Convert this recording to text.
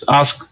ask